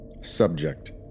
Subject